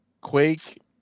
Quake